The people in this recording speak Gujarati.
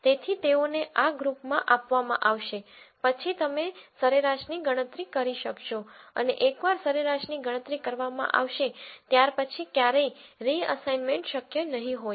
તેથી તેઓને આ ગ્રુપને આપવામાં આવશે પછી તમે સરેરાશની ગણતરી કરી શકશો અને એકવાર સરેરાશ ગણતરી કરવામાં આવશે ત્યારપછી ક્યારેય રીઅસાઇનમેન્ટ શક્ય નહીં હોય